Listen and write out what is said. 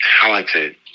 talented